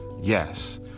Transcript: Yes